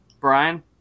Brian